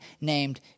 named